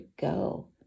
go